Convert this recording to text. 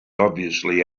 obviously